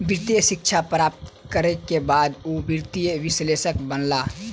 वित्तीय शिक्षा प्राप्त करै के बाद ओ वित्तीय विश्लेषक बनला